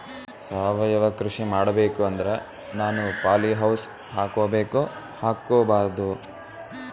ಸಾವಯವ ಕೃಷಿ ಮಾಡಬೇಕು ಅಂದ್ರ ನಾನು ಪಾಲಿಹೌಸ್ ಹಾಕೋಬೇಕೊ ಹಾಕ್ಕೋಬಾರ್ದು?